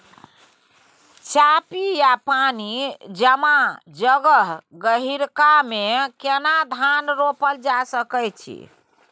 चापि या पानी जमा जगह, गहिरका मे केना धान रोपल जा सकै अछि?